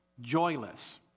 joyless